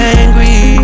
angry